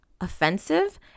offensive